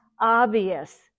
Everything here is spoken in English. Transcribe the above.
obvious